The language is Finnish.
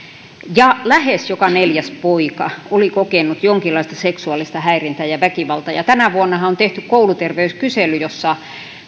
ja lähes joka neljäs poika oli kokenut jonkinlaista seksuaalista häirintää ja väkivaltaa ja tänä vuonnahan on tehty kouluterveyskysely jossa